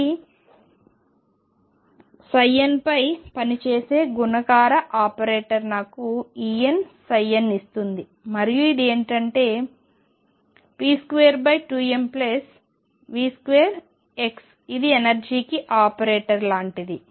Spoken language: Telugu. ఇది n పై పనిచేసే గుణకార ఆపరేటర్ నాకు Enn ఇస్తుంది మరియు ఇది ఏమిటిp22mVx ఇదిఎనర్జీకి ఆపరేటర్ లాంటిది